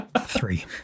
Three